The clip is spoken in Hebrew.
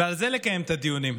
על זה לקיים את הדיונים,